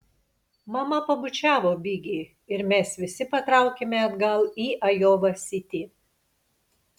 mama pabučiavo bigi ir mes visi patraukėme atgal į ajova sitį